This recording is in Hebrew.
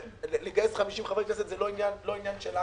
לגייס 50 חברי כנסת זה לא עניין שלנו,